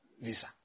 visa